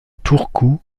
turku